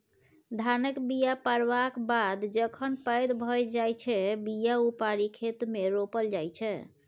धानक बीया पारबक बाद जखन पैघ भए जाइ छै बीया उपारि खेतमे रोपल जाइ छै